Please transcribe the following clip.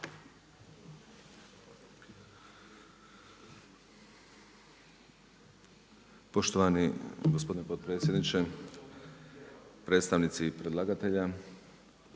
Poštovani gospodine potpredsjedniče, predstavnici predlagatelja,